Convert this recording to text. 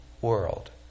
world